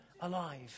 alive